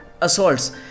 assaults